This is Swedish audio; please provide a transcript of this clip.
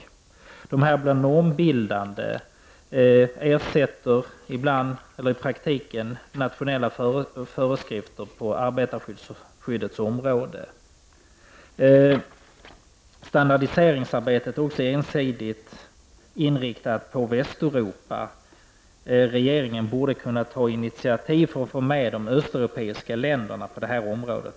Föreskrifterna blir normbildande och ersätter i praktiken nationella föreskrifter på arbetarskyddets område. Standardiseringsarbetet är också ensidigt inriktat på Västeuropa. Regeringen borde kunna ta initiativ för att få med de östeuropeiska länderna även på det här området.